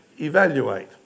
evaluate